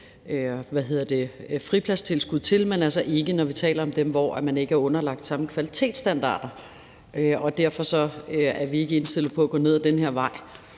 fripladstilskud til, men altså ikke, når vi taler om dem, der ikke er underlagt samme kvalitetsstandarder. Derfor er vi ikke indstillet på at gå ned ad den vej.